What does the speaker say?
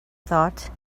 thought